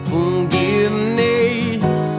Forgiveness